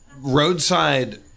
roadside